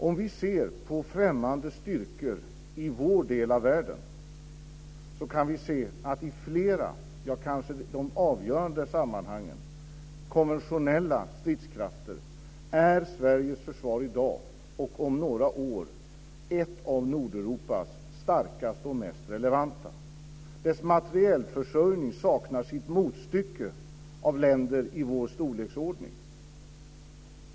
Om vi ser på främmande styrkor i vår del av världen kan vi se att i flera sammanhang - ja, kanske i de avgörande sammanhangen - är konventionella stridskrafter Sveriges försvar i dag, och om några år ett av Nordeuropas starkaste och mest relevanta. Dess materielförsörjning saknar motstycke i länder av Sveriges storleksordning.